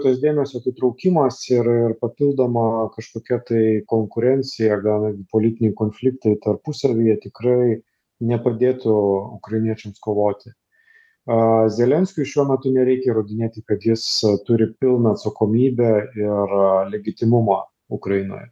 tas dėmesio pritraukimas ir papildoma kažkokia tai konkurencija gal politiniai konfliktai tarpusavyje tikrai nepadėtų ukrainiečiams kovoti zelenskiui šiuo metu nereikia įrodinėti kad jis turi pilną atsakomybę ir legitinumą ukrainoje